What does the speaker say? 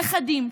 נכדים,